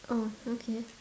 oh okay